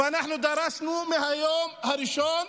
ואנחנו דרשנו מהיום הראשון,